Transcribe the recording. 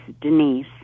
Denise